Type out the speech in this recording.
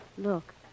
Look